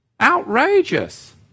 Outrageous